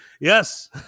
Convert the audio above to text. yes